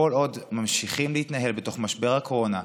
כל עוד ממשיכים להתנהל בתוך משבר הקורונה,